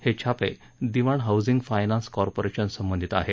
हे छापे Dewan housing finance corporation संबंधित आहेत